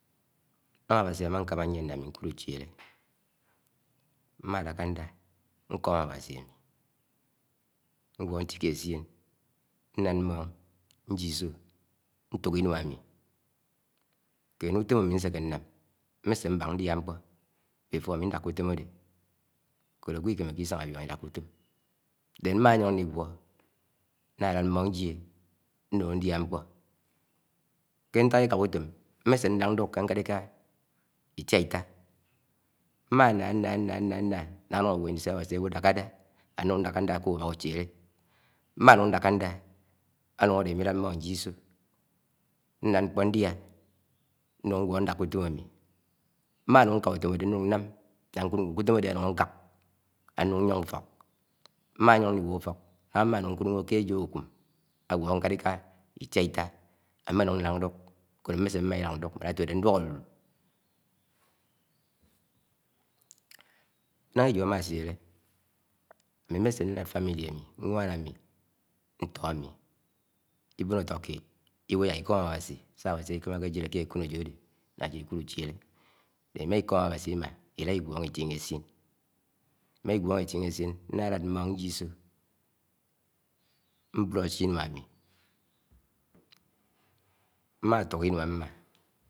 . Náhá Áwási ámá kámá yíen ṉá ámi nkúd úchélé m̃ɱódákádá, ṉko̱ɱ Áwási ámí ngwo ntikr essien ṉlád mɱóṉ ṉjié iṣo, ṉtúk inua ami, kene utom ami ṉséké ṉnám mɱésé mbák ṉdiá ṇkpọ, ɱbéɱiṣọ, áɱi ṉdáká, útọɱ áde. ṣádéhé ágwo ikéméké isáhá áwiọṇ ídáká utoɱ, ṉyén mɱáyọn ṉligwo̱, ṉṉálád ɱɱoṉ ṉjié, nun, ndia nkpo, ke ntak ikaha u̱tom, ɱmése ṉlák nduk ke nkalika itiaita mma ná ṉná nná, nná, nná, nṉá, nṉá áṇún, ágwo, íni se Áwási, áwọ, dákádá ánúṉ ndákádá ké úbók úchélé Mɱánúṉ ndákádá, anúṉ áde áɱi ilád mɱóṉ ṉjie íso̱, ṉlád nkpo ndia nun ngwo ndáká utóm ámi, mmá núṇ ṉká útom̃ ádé ṉnún náɱ lá ṉkúd ɱɱo, ké útom áde ánún, ákák, ánúṉ ñyọn úfọk mɱáyọn ṇligwọ úfo̱k, mɱánún, ñkúd ɱwo ké éjo akúm, ágwo ṇkáliká itiáitá áme nún ṉlák ṉdúk ṉsádéhé mɱése mmá llád nduk mman átode ndúk álulú, náhá ejo ámáchélé, ámi mmese nlak úfo̱k ámi, nwan ámi mmese nlak úfo̱k ámi, nwán ámi, ṉtór ámi. Ikío̱ṉo áto kiéd iwuo yák ikom Áwási sá Áwási íkámákéjịlé ájịd ikúd úchélé ámi, ímá ikọɱ Awási iɱá, llá ígwóhọ ítinhéésién imá, igwọhọ ítinhé esien, nná, kád mɱon ṉjie isó ṉtúk inuá ámi